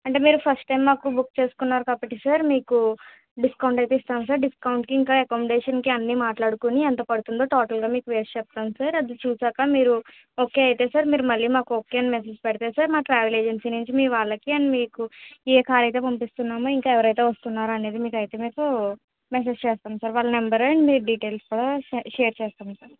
అంటే మీరు first time మాకు బుక్ చేసుకున్నారు కాబట్టి సార్ మీకు డిస్కౌంట్ అయితే ఇస్తాం సార్ డిస్కౌంట్కి ఇంకా అకామిడేషన్కి అన్నీ మాట్లాడుకుని ఎంత పడుతుందో టోటల్గా మీకు వేసి చెప్తాను సార్ అది చూసాక మీరు ఓకే అయితే సార్ మీరు మళ్ళీ మాకు ఓకే అని మెసేజ్ పెడితే సార్ మా ట్రావెల్ ఏజెన్సీ నుంచి మీ వాళ్ళకి అండ్ మీకు ఏ కార్ అయితే పంపిస్తున్నామో ఇంకా ఎవరైతే వస్తున్నారో అనేది మీకు అయితే మీకు మెసేజ్ చేస్తాం సార్ వాళ్ళ నెంబర్ అండ్ మీ డీటెయిల్స్ షే షేర్ చేస్తాం సార్